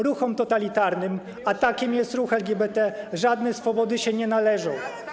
Ruchom totalitarnym, a takim jest ruch LGBT, żadne swobody się nie należą.